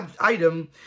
item